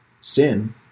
sin